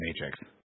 Matrix